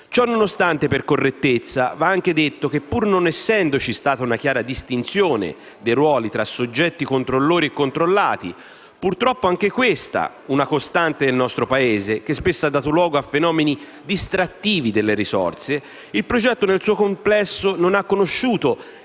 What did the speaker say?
Ciò nonostante, per correttezza, va anche detto che, pur non essendoci stata una chiara distinzione dei ruoli tra soggetti controllori e controllati (purtroppo anche questa una costante nel nostro Paese, che spesso ha dato luogo a fenomeni distrattivi delle risorse), il progetto nel suo complesso non ha conosciuto